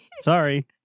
Sorry